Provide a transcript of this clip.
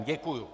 Děkuju.